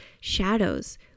shadows